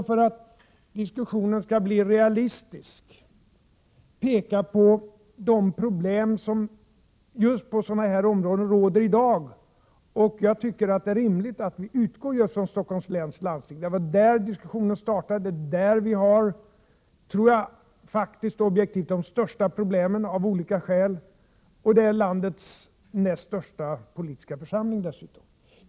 För att diskussionen skall bli realistisk vill jag ändå peka på de problem som råder inom sådana områden i dag. Det är rimligt att vi utgår från Stockholms läns landsting. Det är där diskussionen startade. Det är nog faktiskt där vi av olika skäl har de största problemen. Det är dessutom landets näst största politiska församling.